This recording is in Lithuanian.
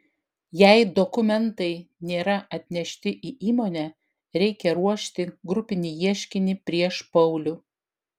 jei dokumentai nėra atnešti į įmonę reikia ruošti grupinį ieškinį prieš paulių